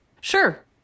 Sure